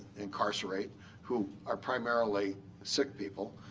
incarcerate who are primarily sick people,